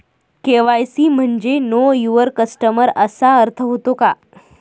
KYC म्हणजे know your customer असा अर्थ होतो का?